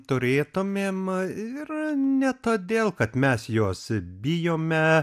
turėtumėm ir ne todėl kad mes jos bijome